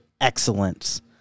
excellence